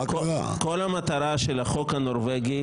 כל המטרה של החוק הנורבגי